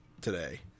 today